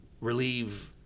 relieve